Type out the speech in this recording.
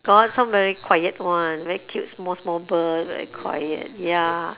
got some very quiet one very cute small small bird very quiet ya